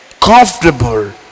comfortable